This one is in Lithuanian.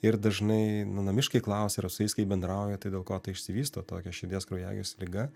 ir dažnai namiškiai klausia ar su jais kai bendrauju tai dėl ko ta išsivysto tokia širdies kraujagyslių liga